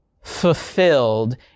fulfilled